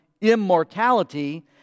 immortality